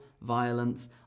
violence